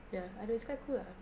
ya I think it's quite cool lah